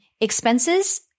Expenses